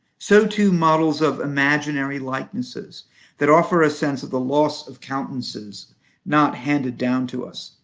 so, too, models of imaginary likenesses that offer a sense of the loss of countenances not handed down to us,